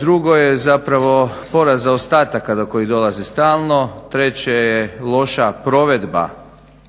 Drugo je zapravo porast zaostataka do kojih dolazi stalno. Treće je loša provedba